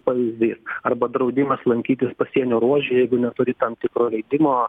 pavyzdys arba draudimas lankytis pasienio ruože jeigu neturi tam tikro leidimo